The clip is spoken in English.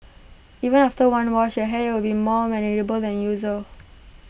even after one wash your hair would be more manageable than usual